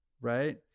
right